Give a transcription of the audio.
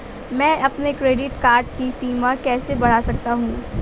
मैं अपने credit card की सीमा कैसे बढ़ा सकता हूँ?